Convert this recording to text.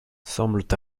semblent